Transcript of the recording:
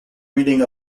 reading